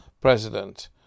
president